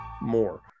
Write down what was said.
more